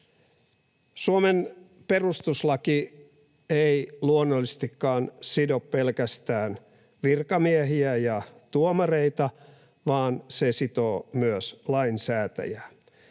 Suomen perustuslaki ei luonnollisestikaan sido pelkästään virkamiehiä ja tuomareita, vaan se sitoo myös lainsäätäjää,